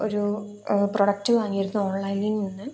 ഒരു പ്രൊഡക്റ്റ് വാങ്ങിയിരുന്നു ഓൺലൈനിൽ നിന്ന്